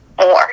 more